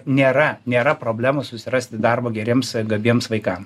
nėra nėra problemų susirasti darbo geriems gabiems vaikam